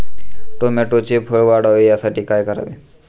टोमॅटोचे फळ वाढावे यासाठी काय करावे?